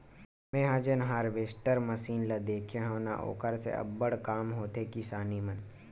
मेंहा जेन harvester machine ल देखे हव न ओखर से अब्बड़ काम होथे किसानी मन